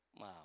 Wow